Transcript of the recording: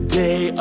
day